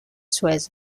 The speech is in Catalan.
suez